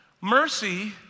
Mercy